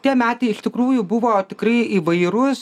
tie metai iš tikrųjų buvo tikrai įvairūs